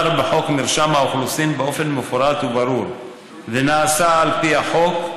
בחוק מרשם האוכלוסין באופן מפורט וברור ונעשה על פי החוק,